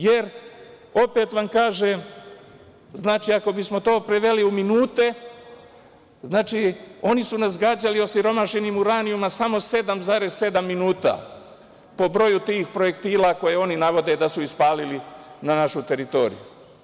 Jer, opet vam kažem, ako bismo to preveli u minute, znači, oni su nas gađali osirumašenim uranijumom samo 7,7 minuta, po broju tih projektila koje oni navode da su ispalili na našu teritoriju.